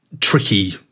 tricky